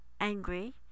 angry